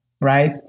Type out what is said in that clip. right